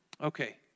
Okay